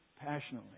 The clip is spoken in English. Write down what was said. passionately